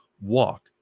walk